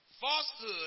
falsehood